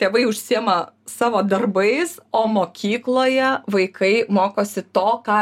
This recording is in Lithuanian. tėvai užsiema savo darbais o mokykloje vaikai mokosi to ką